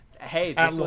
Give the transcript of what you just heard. Hey